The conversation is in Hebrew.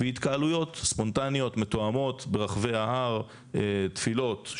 והתקהלויות ספונטניות מתואמות ברחבי ההר תפילות,